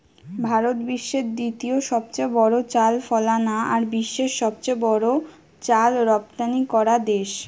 ভারত বিশ্বের দ্বিতীয় সবচেয়ে বড় চাল ফলানা আর বিশ্বের সবচেয়ে বড় চাল রপ্তানিকরা দেশ